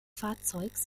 fahrzeugs